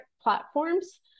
platforms